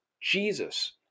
Jesus